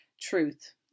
truth